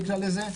נקרא לזה,